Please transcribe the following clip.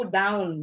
down